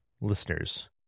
listeners